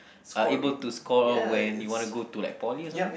are able to score when you want to go to like poly or something